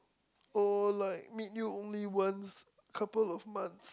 oh like meet you only couple of months